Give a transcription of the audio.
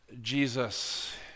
Jesus